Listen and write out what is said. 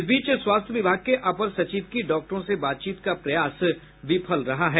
इस बीच स्वास्थ्य विभाग के अपर सचिव की डॉक्टरों से बातचीत का प्रयास विफल रहा है